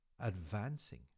advancing